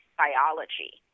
biology